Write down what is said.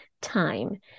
time